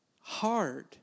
hard